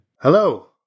Hello